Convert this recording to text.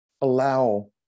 allow